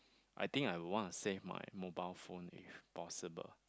I think I would want to save my mobile phone if possible